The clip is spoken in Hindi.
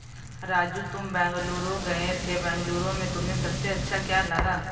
राजू तुम बेंगलुरु गए थे बेंगलुरु में तुम्हें सबसे अच्छा क्या लगा?